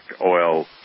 oil